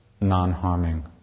non-harming